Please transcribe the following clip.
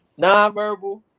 nonverbal